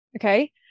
Okay